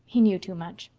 he knew too much.